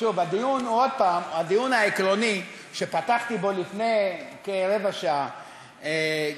הדיון העקרוני שפתחתי בו לפני כרבע שעה,